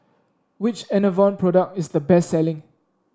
which Enervon product is the best selling